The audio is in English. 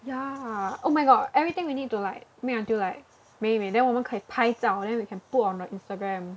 yeah oh my god everything we need to like make until like 美美 then 我们可以拍照 then we can put on the Instagram